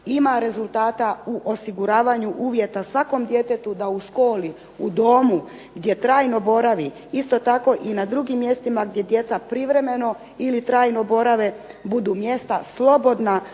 ima rezultata u osiguravanju uvjeta svakom djetetu da u školi, u domu gdje trajno boravi isto tako na drugim mjestima gdje djeca privremeno ili trajno borave budu mjesta slobodna